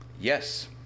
Yes